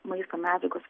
maisto medžiagos